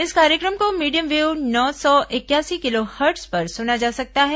इस कार्यक्रम को मीडियम वेब नौ सौ इकयासी किलो हर्ट्ज पर सुना जा सकता है